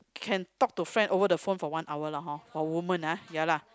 can talk to friend over the phone for one hour lah hor for woman ah ya lah